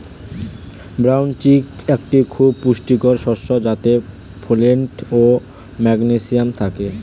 brown chickpea একটি খুবই পুষ্টিকর শস্য যাতে ফোলেট ও ম্যাগনেসিয়াম থাকে